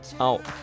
out